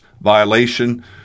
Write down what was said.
violation